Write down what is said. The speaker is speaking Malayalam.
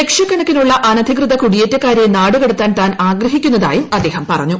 ലക്ഷക്കണക്കിനുള്ള അനധികൃത കുടിയേറ്റക്കാരെ നാടുകടത്താൻ താൻ ആഗ്രഹിക്കുന്നതായും അദ്ദേഹം പറഞ്ഞു